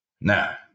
Now